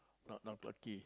no not Clarke-Quay